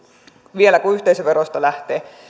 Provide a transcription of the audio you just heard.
vielä kun yhteisöveroista lähtee